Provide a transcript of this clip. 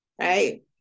right